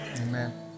Amen